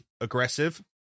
aggressive